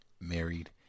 married